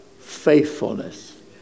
faithfulness